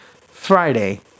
Friday